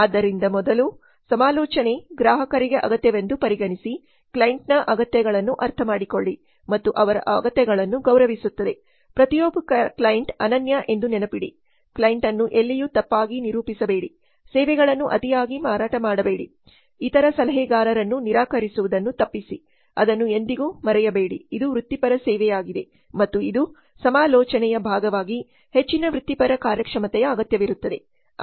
ಆದ್ದರಿಂದ ಮೊದಲು ಸಮಾಲೋಚನೆ ಗ್ರಾಹಕರಿಗೆ ಅಗತ್ಯವೆಂದು ಪರಿಗಣಿಸಿ ಕ್ಲೈಂಟ್ನ ಅಗತ್ಯಗಳನ್ನು ಅರ್ಥಮಾಡಿಕೊಳ್ಳಿ ಮತ್ತು ಅವರ ಅಗತ್ಯಗಳನ್ನು ಗೌರವಿಸುತ್ತದೆ ಪ್ರತಿಯೊಬ್ಬ ಕ್ಲೈಂಟ್ ಅನನ್ಯ ಎಂದು ನೆನಪಿಡಿ ಕ್ಲೈಂಟ್ ಅನ್ನು ಎಲ್ಲಿಯೂ ತಪ್ಪಾಗಿ ನಿರೂಪಿಸಬೇಡಿ ಸೇವೆಗಳನ್ನು ಅತಿಯಾಗಿ ಮಾರಾಟ ಮಾಡಬೇಡಿ ಇತರ ಸಲಹೆಗಾರರನ್ನು ನಿರಾಕರಿಸುವುದನ್ನು ತಪ್ಪಿಸಿ ಅದನ್ನು ಎಂದಿಗೂ ಮರೆಯಬೇಡಿ ಇದು ವೃತ್ತಿಪರ ಸೇವೆಯಾಗಿದೆ ಮತ್ತು ಇದು ಸಮಾಲೋಚನೆಯ ಭಾಗವಾಗಿ ಹೆಚ್ಚಿನ ವೃತ್ತಿಪರ ಕಾರ್ಯಕ್ಷಮತೆಯ ಅಗತ್ಯವಿರುತ್ತದೆ